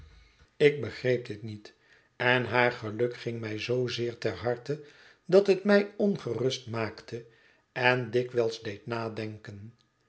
ik begreep dit niet en haar geluk ging mij zoo zeer ter harte dat het mij ongerust maakte en dikwijls deed nadenken